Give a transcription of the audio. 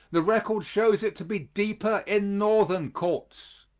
the record shows it to be deeper in northern courts.